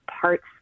parts